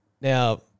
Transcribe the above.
Now